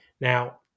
Now